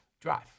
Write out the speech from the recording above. Drive